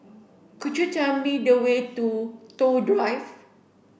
could you tell me the way to Toh Drive